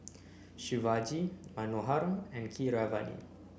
Shivaji Manohar and Keeravani